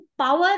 power